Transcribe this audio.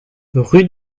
rue